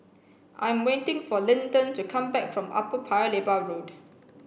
I'm waiting for Linton to come back from Upper Paya Lebar Road